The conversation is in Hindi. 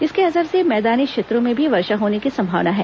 इसके असर से मैदानी क्षेत्रों में भी वर्षा होने की संभावना है